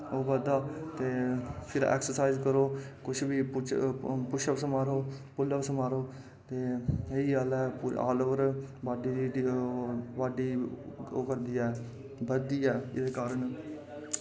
ओह् बधदा ते फिर ऐक्सर्साईज़ करो कुछ पुशअप मारो पुल्लअप मारो ते इ'यै गल्ल ऐ ओवर आल बॉड्डी ओह् करदी ऐ बधदी ऐ ओह्दे कारण